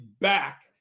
back